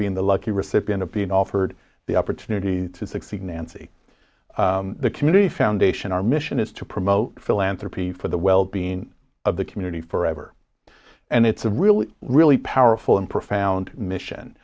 being the lucky recipient of being offered the opportunity to succeed nancy the community foundation our mission is to promote philanthropy for the well being of the community forever and it's a really really powerful and profound mission